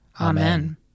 Amen